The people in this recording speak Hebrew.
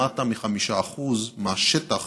למטה מ-5% מהשטח